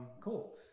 Cool